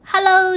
Hello